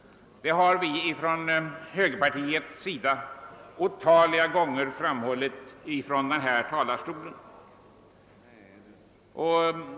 Detta har vi inom högerpartiet otaliga gånger framhållit från denna talarstol.